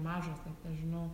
mažos net nežinau